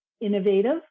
innovative